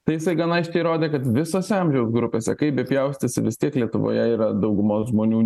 tai jisai gan aiškiai rodė kad visose amžiaus grupėse kaip be pjaustysi vis tiek lietuvoje yra daugumos žmonių